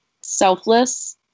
Selfless